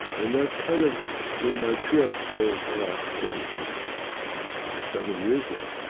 and that's kind of been my trip for the last forty six or seven years now